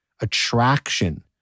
attraction